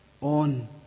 on